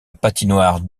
patinoire